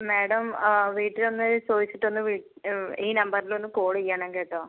madam ആ വീട്ടിലൊന്ന് ചോദിച്ചിട്ട് ഒന്ന് വിളി ഈ നമ്പറിൽ ഒന്ന് കോള് ചെയ്യണം കേട്ടോ